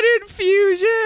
infusion